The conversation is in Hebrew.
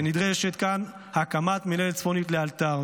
השיקום עוד רחוק ונדרשת כאן הקמת מינהלת צפונית לאלתר.